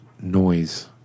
noise